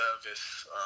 service